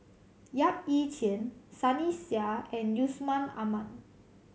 Yap Ee Chian Sunny Sia and Yusman Aman